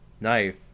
knife